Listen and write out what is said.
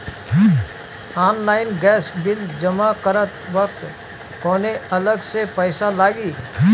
Online gas bill जमा करत वक्त कौने अलग से पईसा लागी?